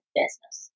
business